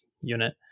unit